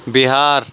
Bihar